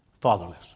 Fatherless